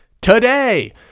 today